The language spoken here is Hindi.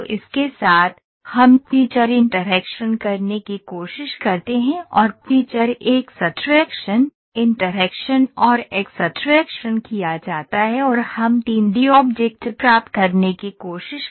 तो इसके साथ हम फीचर इंटरैक्शन करने की कोशिश करते हैं और फीचर एक्सट्रैक्शन इंटरैक्शन और एक्सट्रैक्शन किया जाता है और हम 3 डी ऑब्जेक्ट प्राप्त करने की कोशिश करते हैं